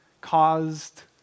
caused